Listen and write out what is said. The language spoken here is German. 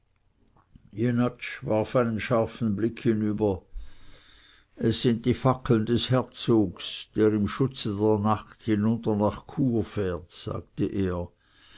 warf einen scharfen blick hinüber es sind die fackeln des herzogs der im schutze der nacht hinunter nach chur fährt sagte er